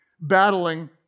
battling